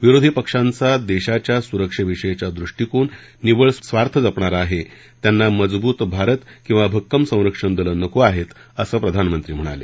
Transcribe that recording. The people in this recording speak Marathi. विरोधी पक्षांचा देशाच्या सुरक्षेविषयीचा दृष्टीकोन निव्वळ स्वार्थ जपणारा आहे त्यांना मजूबत भारत किंवा भक्कम संरक्षण दलं नको आहेत असं प्रधानमंत्री म्हणाले